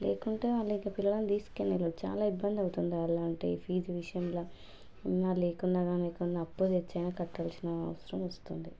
లేకుంటే వాళ్ళు ఇంక ఆ పిల్లలను తీసుకెళ్ళరు చాలా ఇబ్బంది అవుతుంది అలా అంటే ఫీజు విషయంలో ఉన్నా లేకున్నా గానీ ఎక్కడైనా అప్పు తెచ్చి అయినా కట్టాల్సిన అవసరం వస్తుంది